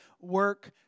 work